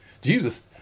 Jesus